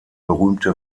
berühmte